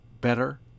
better